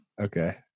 Okay